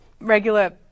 Regular